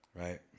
Right